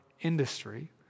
industry